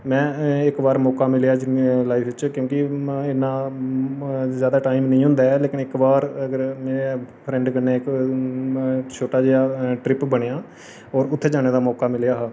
में इक बार मौका मिलेआ लाईफ च क्यूंकि इन्ना ज़्यादा टाईम नीं होंदा ऐ इक बार अगर फ्रैंड़ कन्नै इक छोटा जेहा ट्रिप बनेआ ते उत्थै जाने दा मौका मिलेआ हा